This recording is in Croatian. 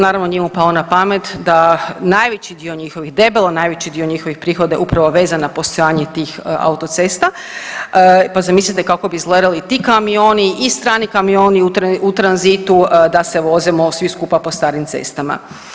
Naravno nije mu palo na pamet da najveći dio njihovih, debelo najveći dio njihovih prihoda je upravo vezan na postojanje tih autocesta, pa zamislite kako bi izgledali ti kamioni i strani kamioni u tranzitu da se vozimo svi skupa po starim cestama.